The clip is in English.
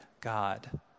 God